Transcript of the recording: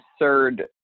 absurd